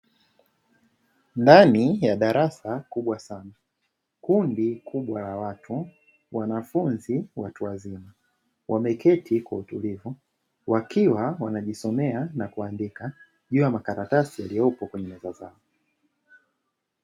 Ndani ya darasa kubwa sana, kundi kubwa la watu wanafunzi watu wazima, wameketi kwa utulivu wakiwa wanajisomea na kuandika juu ya makaratasi yaliyopo kwenye meza.